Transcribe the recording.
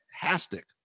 fantastic